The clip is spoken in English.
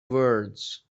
words